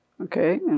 Okay